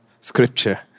scripture